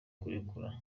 kurekura